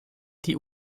die